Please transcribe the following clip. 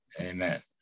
amen